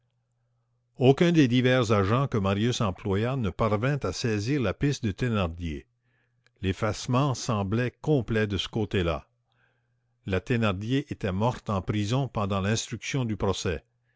aucun des divers agents que marius employa ne parvint à saisir la piste de thénardier l'effacement semblait complet de ce côté-là la thénardier était morte en prison pendant l'instruction du procès